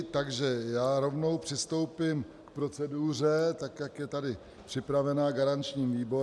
Takže já rovnou přistoupím k proceduře, jak je tady připravena garančním výborem.